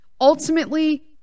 ultimately